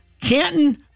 Canton